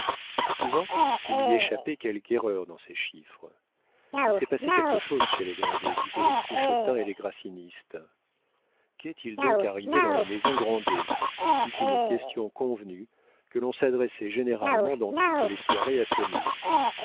souvent il lui échappait quelque erreur dans ses chiffres il s'est passé quelque chose chez les grandet disaient les cruchotins et les grassinistes qu'est-il donc arrivé dans la maison grandet fut une question convenue que l'on s'adressait généralement dans toutes les soirées à saumur